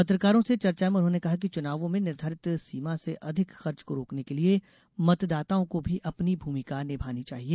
पत्रकारों से चर्चा में उन्होंने कहा कि चुनावों में निर्धारित सीमा से अधिक खर्च को रोकने के लिये मतदाताओं को भी अपनी भूमिका निभानी चाहिए